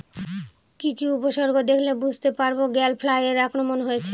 কি কি উপসর্গ দেখলে বুঝতে পারব গ্যাল ফ্লাইয়ের আক্রমণ হয়েছে?